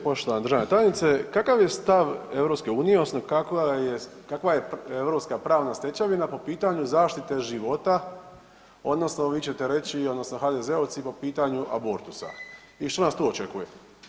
Poštovana državna tajnice, kakav je stav EU-a odnosno kakva je europska pravna stečevina po pitanju zaštite života odnosno vi ćete reći odnosno HDZ-ovci, po pitanju abortusa i što nas tu očekuje?